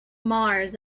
mars